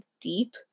deep